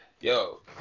Yo